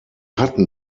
hatten